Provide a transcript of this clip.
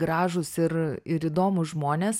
gražūs ir ir įdomūs žmonės